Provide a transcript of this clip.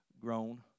grown